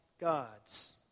gods